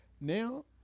now